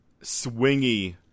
swingy